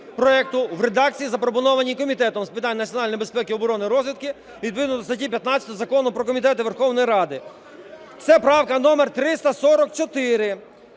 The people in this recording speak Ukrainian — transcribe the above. в редакції, запропонованій Комітетом з питань національної безпеки, оборони, розвідки відповідно до статті 15 Закону про комітети Верховної Ради. Це правка номер 344.